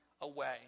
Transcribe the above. away